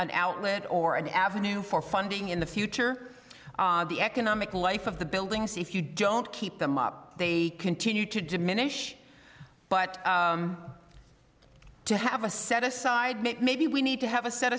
an outlet or an avenue for funding in the future the economic life of the buildings if you don't keep them up they continue to diminish but to have a set aside make maybe we need to have a set